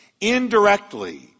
indirectly